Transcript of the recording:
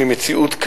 ממציאות,